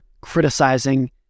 criticizing